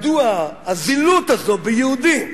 מדוע הזילות הזאת ביהודים?